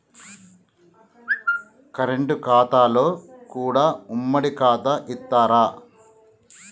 Current ఖాతాలో కూడా ఉమ్మడి ఖాతా ఇత్తరా?